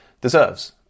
deserves